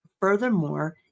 Furthermore